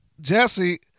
Jesse